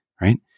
right